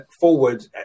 forward